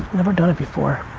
never done it before.